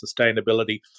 sustainability